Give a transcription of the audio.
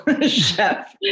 chef